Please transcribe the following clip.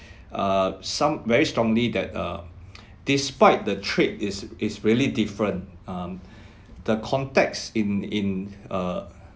err some very strongly that uh despite the trade is is really different um the context in in uh